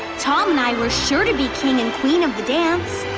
tom and i were sure to be king and queen of the dance.